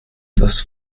das